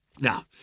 Now